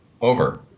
over